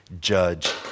judge